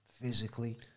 Physically